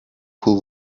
pool